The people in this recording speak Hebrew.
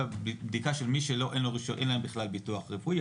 הבדיקה של מי שאין להם בכלל ביטוח רפואי.